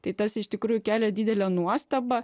tai tas iš tikrųjų kelia didelę nuostabą